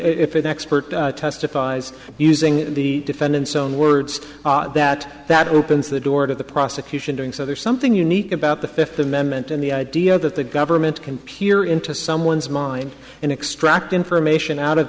if an expert testifies using the defendant's own words that that opens the door to the prosecution doing so there's something unique about the fifth amendment and the idea that the government can peer into someone's mind and extract information out of